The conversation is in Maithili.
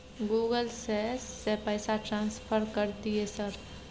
गूगल से से पैसा ट्रांसफर कर दिय सर?